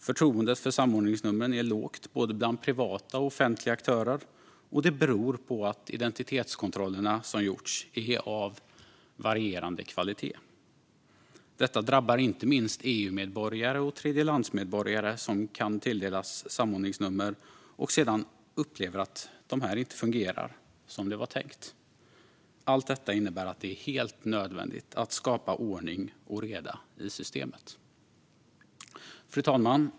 Förtroendet för samordningsnumren är lågt bland både privata och offentliga aktörer, och det beror på att identitetskontrollerna som gjorts är av varierande kvalitet. Detta drabbar inte minst EU-medborgare och tredjelandsmedborgare som kan tilldelas ett samordningsnummer och sedan upplever att det inte fungerar som det var tänkt. Allt detta innebär att det är helt nödvändigt att skapa ordning och reda i systemet. Fru talman!